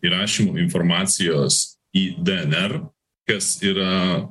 įrašymu informacijos į dnr kas yra